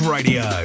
Radio